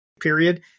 period